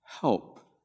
help